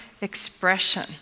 expression